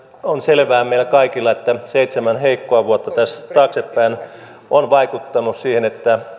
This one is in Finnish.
on selvää meille kaikille että seitsemän heikkoa vuotta tästä taaksepäin on vaikuttanut siihen että